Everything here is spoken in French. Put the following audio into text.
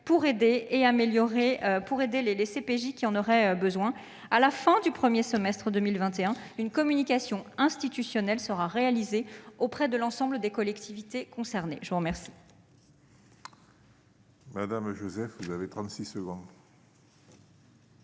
pour aider les CPJ qui en auraient besoin. Enfin, avant la fin du premier semestre de 2021, une communication institutionnelle sera réalisée auprès de l'ensemble des collectivités concernées. La parole